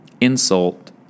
Insult